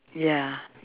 ya